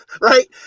Right